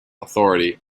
authority